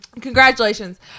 congratulations